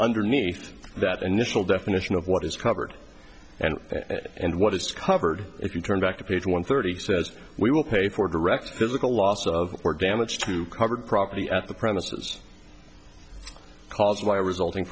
underneath that initial definition of what is covered and and what is covered if you turn back to page one thirty says we will pay for direct physical loss of or damage to covered property at the premises caused by resulting